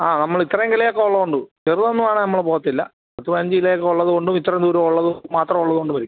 ആ നമ്മളിത്രയെങ്കിലും ഉള്ളതുകൊണ്ട് ചെറുതൊന്നും ആണേൽ നമ്മള് പോകത്തില്ല പത്ത് പതിനഞ്ച് കിലോ ഉള്ളത് കൊണ്ടും ഇത്ര ദൂരം ഉള്ളത് മാത്രമുള്ളത് കൊണ്ട് വരും